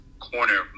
corner